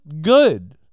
good